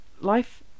life